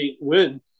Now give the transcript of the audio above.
win